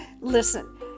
Listen